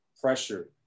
pressure